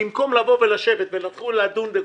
אתם תדברו.